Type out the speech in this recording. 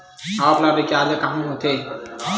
Offline recharge कहां होथे?